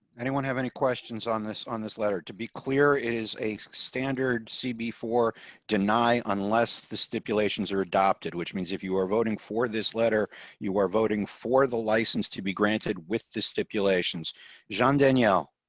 anyone have any questions on this, on this letter to be clear. it is a standard cb for deny unless the stipulations are adopted, which means if you are voting for this letter you are voting for the license to be granted with the stipulations john danielle.